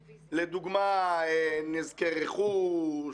לדוגמה, נזקי רכוש,